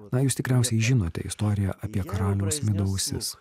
na jūs tikriausiai žinote istoriją apie karaliaus mido ausis